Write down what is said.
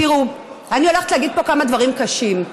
תראו, אני הולכת להגיד פה כמה דברים קשים,